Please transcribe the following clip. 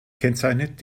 kennzeichnet